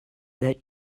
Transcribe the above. that